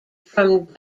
from